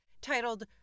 titled